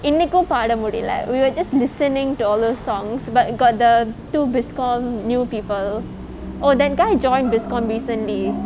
இன்னிக்கு பாட முடிலே:inniku paade mudilae we were just listening to all those songs but got the two bizcomm new people oh that guy joined bizcomm recently